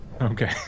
Okay